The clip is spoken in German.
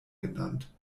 genannt